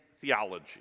theology